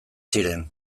ziren